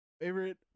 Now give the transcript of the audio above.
favorite